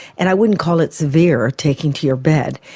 and i wouldn't call it severe, taking to your bed,